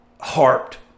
harped